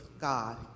God